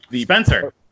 Spencer